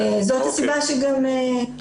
זאת הסיבה שכרגע